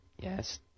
Yes